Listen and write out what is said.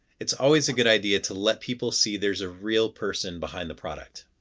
it's always a good idea to let people see there's a real person behind the product.